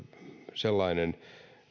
sellainen